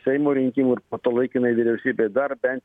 seimo rinkimų ir po to laikinai vyriausybei dar bent